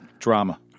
drama